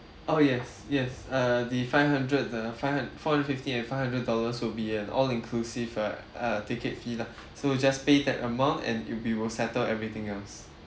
oh yes yes uh the five hundred the five hund~ four hundred fifty and five hundred dollars would be an all-inclusive uh uh ticket fee lah so just pay that amount and it'll be we will settle everything else